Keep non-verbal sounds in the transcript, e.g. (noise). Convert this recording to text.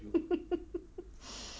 (noise)